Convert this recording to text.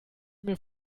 mir